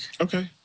Okay